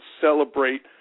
celebrate